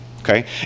okay